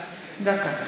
דקה.